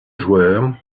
joueur